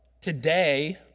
Today